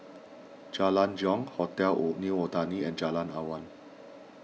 Jalan Jong Hotel Own New Otani and Jalan Awan